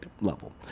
level